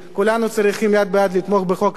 כולנו צריכים יד ביד לתמוך בחוק הזה.